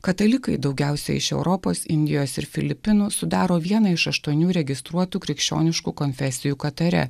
katalikai daugiausiai iš europos indijos ir filipinų sudaro vieną iš aštuonių registruotų krikščioniškų konfesijų katare